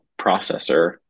processor